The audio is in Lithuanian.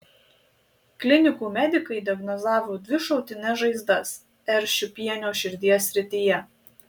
klinikų medikai diagnozavo dvi šautines žaizdas r šiupienio širdies srityje